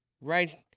Right